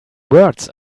words